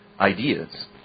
ideas